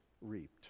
reaped